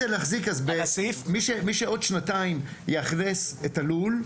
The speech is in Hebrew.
מי שעוד שנתיים יאכלס את הלול,